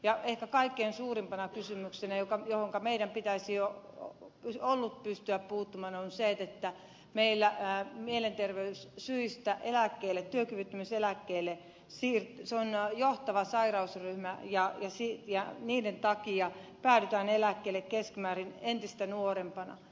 ja ehkä kaikkein suurimpana kysymyksenä johonka meidän olisi pitänyt jo pystyä puuttumaan on se että meillä mielenterveyssyyt on johtava sairausryhmä joiden niiden takia päädytään eläkkeelle keskimäärin entistä nuorempana